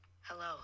Hello